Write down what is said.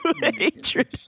hatred